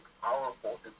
powerful